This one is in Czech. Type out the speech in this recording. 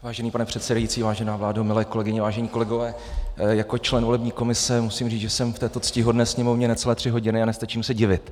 Vážený pane předsedající, vážená vládo, milé kolegyně, vážení kolegové, jako člen volební komise musím říct, že jsem v této ctihodné Sněmovně necelé tři hodiny a nestačím se divit.